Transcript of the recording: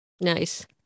Nice